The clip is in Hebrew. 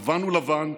לבן הוא לבן,